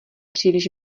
příliš